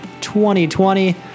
2020